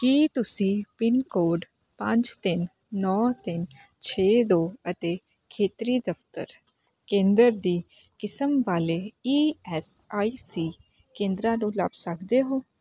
ਕੀ ਤੁਸੀਂ pin code ਪੰਜ ਤਿੰਨ ਨੌ ਤਿੰਨ ਛੇ ਦੋ ਅਤੇ ਖੇਤਰੀ ਦਫ਼ਤਰ ਕੇਂਦਰ ਦੀ ਕਿਸਮ ਵਾਲੇ ਈ ਐੱਸ ਆਈ ਸੀ ਕੇਂਦਰਾਂ ਨੂੰ ਲੱਭ ਸਕਦੇ ਹੋ